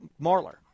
Marler